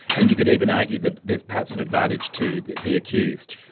and you could even argue that there's perhaps an advantage to the accused.